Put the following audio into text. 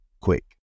quick